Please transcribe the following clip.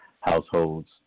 households